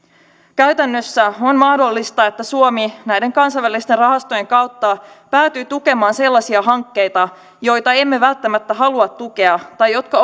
käytännössä on mahdollista että suomi näiden kansainvälisten rahastojen kautta päätyy tukemaan sellaisia hankkeita joita emme välttämättä halua tukea tai jotka